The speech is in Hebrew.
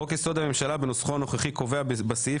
חוק יסוד: הממשלה בנוסחו הנוכחי קובע בסעיף